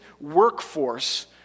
workforce